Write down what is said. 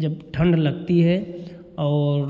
जब ठण्ड लगती है और